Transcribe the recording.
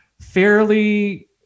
fairly